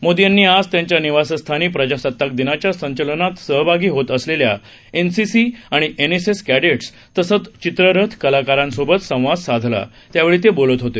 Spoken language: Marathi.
मोदीयांनीआजत्यांच्यानिवासस्थानीप्रजासत्ताकदिनाच्यासंचलनातसहभागीहोतअसलेल्याएनसीसीआणिएनएसएसकॅडे तसंचचित्ररथकलाकारांसोबतसंवादसाधलात्यावेळीतेबोलतहोते